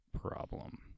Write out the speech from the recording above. problem